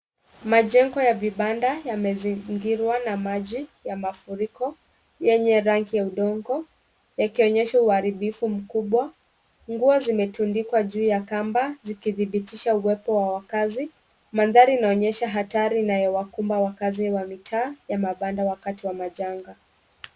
Majengo ya vibanda yamezingirwa na maji ya mafuriko yenye rangi ya udongo, yakionyesha uharibifu mkubwa. Nguo zimetundikwa juu ya kamba zikidhibitisha uwepo wa wakaazi. Mandhari inaonyesha hatari inayowakumba wakaazi wa mitaa ya mabanda wakati wa janga.